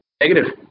Negative